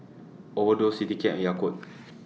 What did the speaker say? Overdose Citycab and Yakult